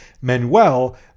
Manuel